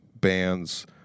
bands